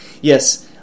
Yes